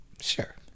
Sure